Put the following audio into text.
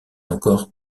encore